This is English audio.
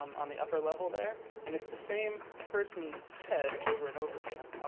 um on the upper level there, and it's the same person's head over and over again. ah